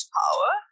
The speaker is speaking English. power